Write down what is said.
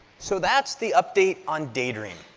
so, that's the update on daydream.